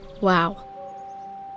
wow